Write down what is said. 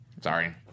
Sorry